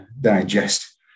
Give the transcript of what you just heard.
digest